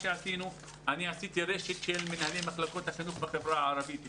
אני עשיתי רשת של מנהלי מחלקות החינוך בחברה הערבית.